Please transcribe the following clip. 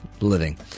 living